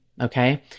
Okay